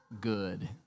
good